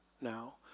now